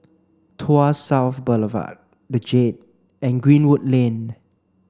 Tuas South Boulevard The Jade and Greenwood Lane